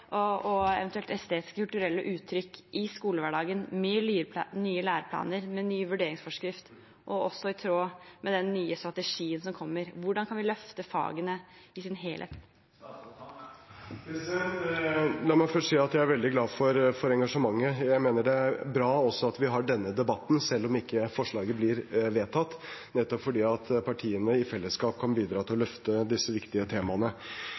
og eventuelt estetiske kulturelle uttrykk i skolehverdagen med nye læreplaner og ny vurderingsforskrift, og også i tråd med den nye strategien som kommer? Hvordan kan vi løfte fagene i sin helhet? La meg først si jeg er veldig glad for engasjementet. Jeg mener det er bra vi har denne debatten, selv om ikke forslaget blir vedtatt, nettopp fordi partiene i fellesskap kan bidra til å løfte disse viktige temaene.